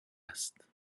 است